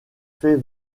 fait